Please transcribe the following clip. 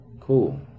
Cool